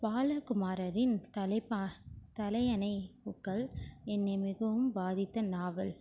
பாலகுமாரரின் தலைப்பா தலையணை பூக்கள் என்னை மிகவும் பாதித்த நாவல்